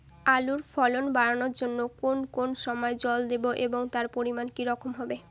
আলুর ফলন বাড়ানোর জন্য কোন কোন সময় জল দেব এবং তার পরিমান কি রকম হবে?